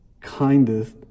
kindest